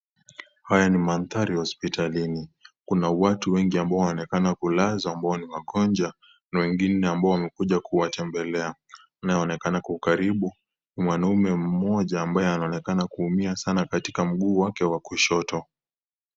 Haya ni mandhari hospitalini. Kuna watu wengi ambao waonekana kulazwa ambao ni wagonjwa na wengine ambao wamekuja kuwatembelea. Anayeonekana kwa ukaribu ni mwanamme mmoja ambaye anaonekana kuumia sana katika mguu wake wa kushoto.